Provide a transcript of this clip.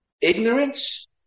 ignorance